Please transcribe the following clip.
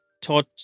taught